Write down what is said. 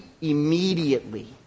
immediately